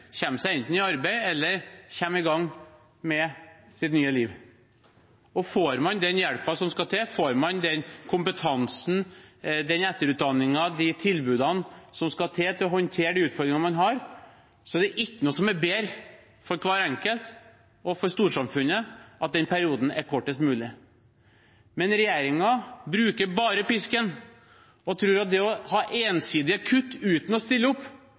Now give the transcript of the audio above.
enten å komme seg i arbeid eller komme i gang med sitt nye liv. Får man den hjelpen som skal til, får man den kompetansen, den etterutdanningen, de tilbudene som skal til for å håndtere de utfordringene man har, er det ikke noe som er bedre for hver enkelt og for storsamfunnet enn at den perioden er kortest mulig. Men regjeringen bruker bare pisken og tror at det å ha ensidige kutt, uten å stille opp,